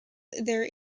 there